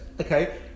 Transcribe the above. Okay